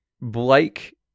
Blake